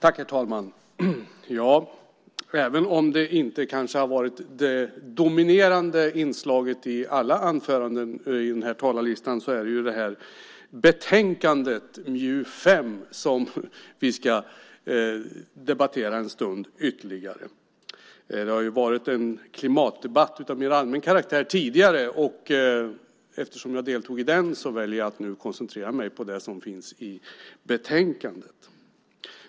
Herr talman! Även om det kanske inte har varit det dominerande inslaget i alla anföranden på talarlistan är det betänkandet MJU5 som vi ska debattera ytterligare en stund. Det har varit en klimatdebatt av mer allmän karaktär tidigare, och eftersom jag deltog i den väljer jag att nu koncentrera mig på det som finns i betänkandet.